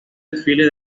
desfile